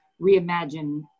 reimagine